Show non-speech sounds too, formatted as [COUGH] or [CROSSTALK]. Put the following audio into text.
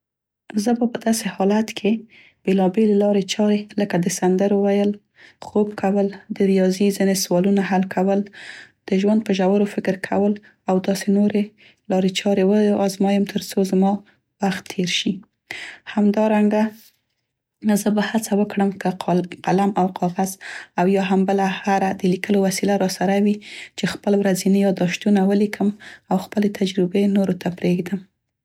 زه به په داسې حالت کې بیلابیلې لارې چارې لکه د سندرو ویل، خوب کول، د ریاضي ځينې سوالونه حل کول، د ژوند په ژورو فکر کول او داسې نورې لارې چارې وازمویم تر څو زما وخت دیر شي. [UNINTELLIGIBLE] همدارنګه زه به هڅه وکړم که قلم او کاغذ او یا هم بله هره د لیکلو وسیله راسره وي چې خپل ورځيني یاداشتونه ولیکم او خپلې تجربې نورو ته پریږدم.